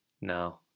no